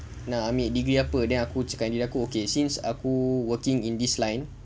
nak ambil degree apa then aku cakap dengan diri aku okay since aku working in this line